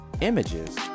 images